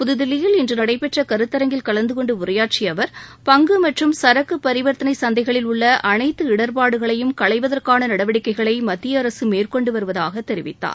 புதுதில்லியில் இன்று நடைபெற்ற கருத்தரங்கில் கலந்தகொண்டு உரையாற்றிய அவர் பங்கு மற்றும் சரக்கு பரிவர்த்தனை சந்தைகளில் உள்ள அனைத்து இடர்பாடுகளையும் களைவதற்கான நடவடிக்கைகளை மத்தியஅரசு மேற்கொண்டு வருவதாக தெரிவித்தார்